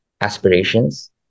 aspirations